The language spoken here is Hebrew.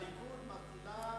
חבר הכנסת מולה,